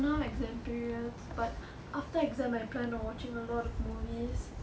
now exam periods but after exam I plan on watching a lot of movies